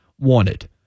wanted